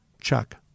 Chuck